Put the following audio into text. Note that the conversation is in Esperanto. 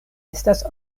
estas